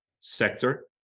sector